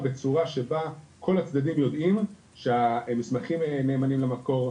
בצורה שבה כל הצדדים יודעים שהמסמכים נאמנים למקור,